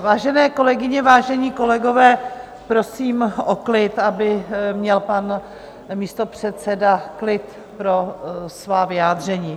Vážené kolegyně, vážení kolegové, prosím o klid, aby měl pan místopředseda klid pro svá vyjádření.